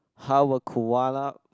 how a Koala